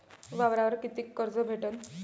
वावरावर कितीक कर्ज भेटन?